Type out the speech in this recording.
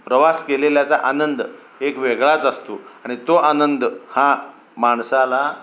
प्रवास केलेल्याचा आनंद एक वेगळाच असतो आणि तो आनंद हा माणसाला